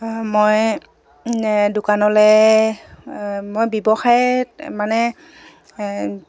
মই দোকানলে মই ব্যৱসায় মানে